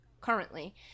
currently